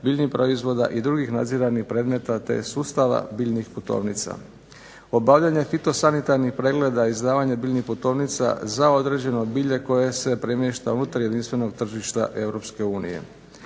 biljnih proizvoda i drugih nadziranih predmeta te sustava biljnih putovnica, obavljanje fito sanitarnih pregleda izdavanje biljnih putovnica za određeno bilje koje se premješta unutar jedinstvenog tržišta